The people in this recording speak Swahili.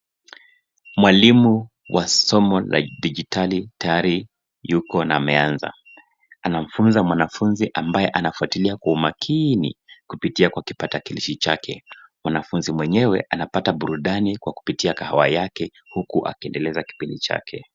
Mwalimu wa somo la digitali tayari yuko na ameanza. Anamfunza mwanafunzi ambaye anafwatilia kwa umakini, kupitia kwa kipakatalishi chake. Mwanafunzi mwenyewe anapata burudani kwa kupitia kahawa yake na anaendeleza kipindi chake.